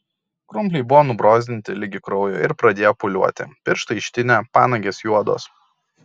krumpliai buvo nubrozdinti ligi kraujo ir pradėję pūliuoti pirštai ištinę panagės juodos